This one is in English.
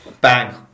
Bang